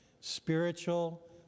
spiritual